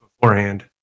beforehand